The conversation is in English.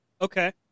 Okay